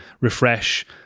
refresh